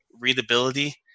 readability